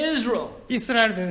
Israel